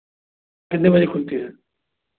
कितने बजे खुलती है